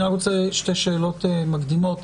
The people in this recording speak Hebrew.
אני רק רוצה שתי שאלות מקדימות: